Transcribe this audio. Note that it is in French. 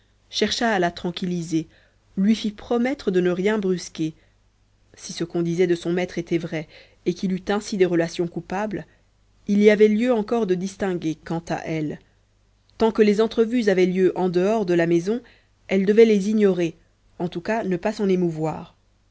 chercha à la tranquilliser lui fit promettre de ne rien brusquer si ce qu'on disait de son maître était vrai et qu'il eût ainsi des relations coupables il y avait lieu encore de distinguer quant à elle tant que les entrevues avaient lieu en dehors de la maison elle devait les ignorer en tous cas ne pas s'en émouvoir